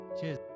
Cheers